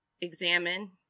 examine